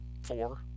four